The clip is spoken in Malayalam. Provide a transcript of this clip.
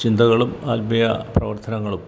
ചിന്തകളും ആത്മീയ പ്രവർത്തനങ്ങളും